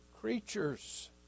creatures